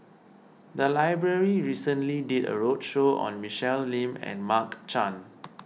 the library recently did a roadshow on Michelle Lim and Mark Chan